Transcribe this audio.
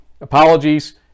apologies